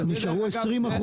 20%